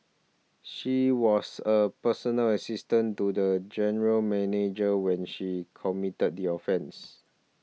she was a personal assistant to the general manager when she committed the offences